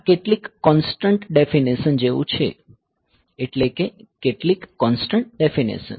આ કેટલીક constant definition જેવું છે એટલે કે કેટલીક કોંસ્ટંટ ડેફીનેશન